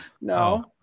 no